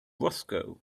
roscoe